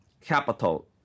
Capital